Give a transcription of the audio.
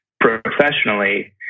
professionally